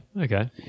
okay